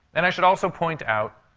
and i should also point out